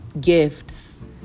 gifts